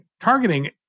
targeting